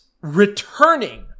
returning